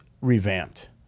revamped